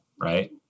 right